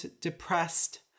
depressed